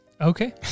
Okay